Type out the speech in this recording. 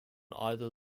either